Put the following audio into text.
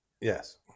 Yes